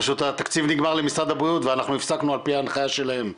פשוט התקציב נגמר למשרד הבריאות ואנחנו הפסקנו על פי ההנחיה שלהם,